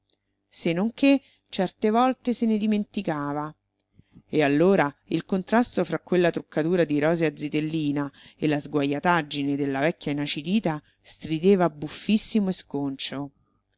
non che certe volte se ne dimenticava e allora il contrasto fra quella truccatura di rosea zitellina e la sguajataggine della vecchia inacidita strideva buffissimo e sconcio